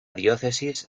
diócesis